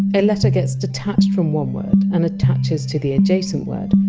a letter gets detached from one word and attaches to the adjacent word.